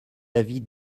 avis